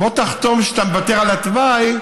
תחתום שאתה מוותר על התוואי,